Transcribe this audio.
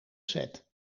set